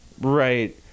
Right